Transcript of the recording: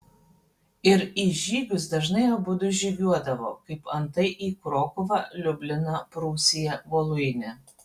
ir į žygius dažnai abudu žygiuodavo kaip antai į krokuvą liubliną prūsiją voluinę